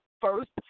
first